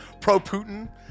Pro-Putin